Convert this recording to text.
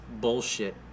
bullshit